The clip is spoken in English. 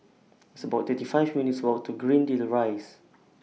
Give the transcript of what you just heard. It's about thirty five minutes' Walk to Greendale Rise